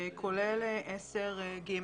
כולל 10(ג).